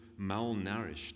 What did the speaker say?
malnourished